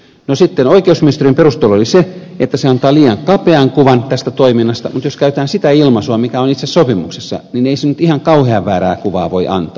no sitten oikeusministeriön perustelu oli se että se antaa liian kapean kuvan tästä toiminnasta mutta jos käytetään sitä ilmaisua mikä on itse sopimuksessa niin ei se nyt ihan kauhean väärää kuvaa voi antaa